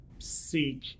seek